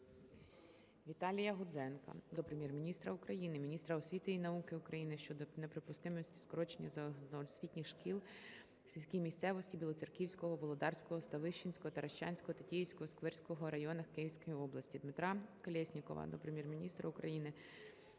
Віталія Гудзенка до Прем'єр-міністра України, міністра освіти і науки України щодо неприпустимості скорочення загальноосвітніх шкіл в сільській місцевості Білоцерківського, Володарського, Ставищенського, Таращанського, Тетіївського, Сквирського районах Київської області. Дмитра Колєснікова до Прем'єр-міністра України